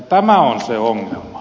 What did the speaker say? tämä on se ongelma